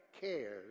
cares